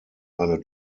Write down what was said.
eine